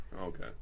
Okay